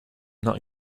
not